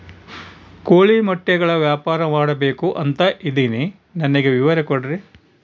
ಕೋಳಿ ಮೊಟ್ಟೆಗಳ ವ್ಯಾಪಾರ ಮಾಡ್ಬೇಕು ಅಂತ ಇದಿನಿ ನನಗೆ ವಿವರ ಕೊಡ್ರಿ?